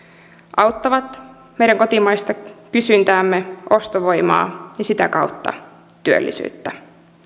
auttavat meidän kotimaista kysyntäämme ostovoimaa ja sitä kautta työllisyyttä